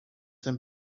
them